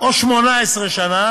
או 18 שנה